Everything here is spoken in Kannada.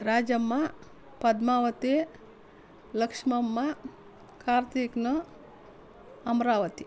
ರಾಜಮ್ಮ ಪದ್ಮಾವತಿ ಲಕ್ಷ್ಮಮ್ಮ ಕಾರ್ತಿಕ್ ಅಮರಾವತಿ